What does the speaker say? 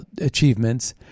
achievements